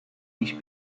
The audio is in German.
ich